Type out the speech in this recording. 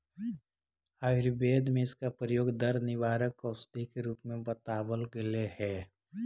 आयुर्वेद में इसका प्रयोग दर्द निवारक औषधि के रूप में बतावाल गेलई हे